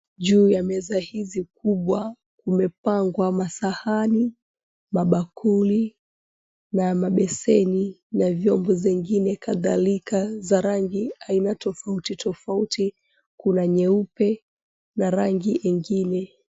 Juu ya meza hizi kubwa kumepangwa masahani, mabakuli na mabeseni na vyombo zengine kadhalika za rangi aina tofauti tofauti kuna nyeupe na rangi engine.